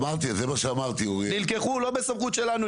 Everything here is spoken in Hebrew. זה לא בסמכות שלנו.